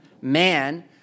man